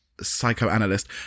psychoanalyst